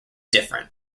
different